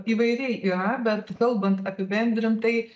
įvairiai yra bet kalbant apibendrintai